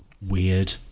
Weird